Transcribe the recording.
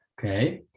Okay